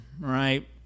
right